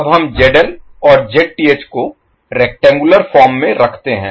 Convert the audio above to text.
अब हम ZL और Zth को रेक्टेंगुलर फॉर्म में रखते हैं